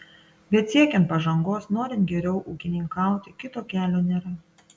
bet siekiant pažangos norint geriau ūkininkauti kito kelio nėra